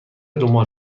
دنبال